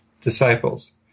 disciples